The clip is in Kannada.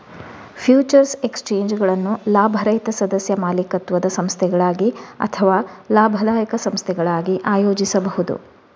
ಫ್ಯೂಚರ್ಸ್ ಎಕ್ಸ್ಚೇಂಜುಗಳನ್ನು ಲಾಭರಹಿತ ಸದಸ್ಯ ಮಾಲೀಕತ್ವದ ಸಂಸ್ಥೆಗಳಾಗಿ ಅಥವಾ ಲಾಭದಾಯಕ ಸಂಸ್ಥೆಗಳಾಗಿ ಆಯೋಜಿಸಬಹುದು